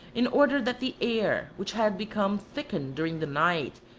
in order that the air, which had become thickened during the night,